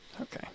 Okay